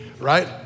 right